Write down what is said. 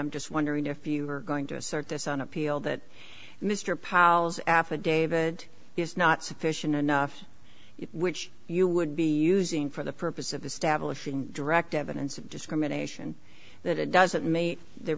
i'm just wondering if you are going to assert this on appeal that mr pyles affidavit is not sufficient enough which you would be using for the purpose of this stablish direct evidence of discrimination that it doesn't make the